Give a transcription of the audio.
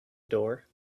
door